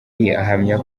ahamya